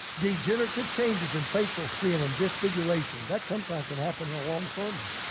degenerative changes in facial skin and disfiguration. that comes, um can happen in a long sermon.